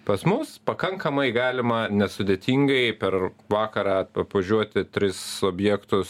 pas mus pakankamai galima nesudėtingai per vakarą apvažiuoti tris objektus